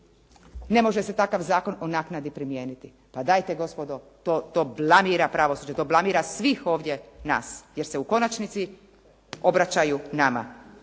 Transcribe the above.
ne može se takav Zakon o naknadi primijeniti. Pa dajte gospodo, to blamira pravosuđe, to blamira svih ovdje nas jer se u konačnici obraćaju nama.